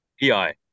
PI